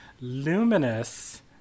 luminous